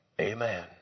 Amen